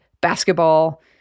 basketball